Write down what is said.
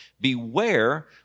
beware